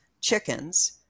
chickens